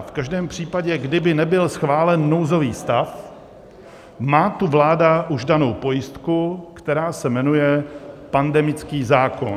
V každém případě, kdyby nebyl schválen nouzový stav, má tu vláda už danou pojistku, která se jmenuje pandemický zákon.